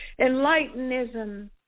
Enlightenism